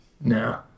No